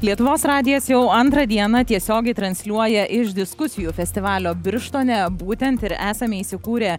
lietuvos radijas jau antrą dieną tiesiogiai transliuoja iš diskusijų festivalio birštone būtent ir esame įsikūrę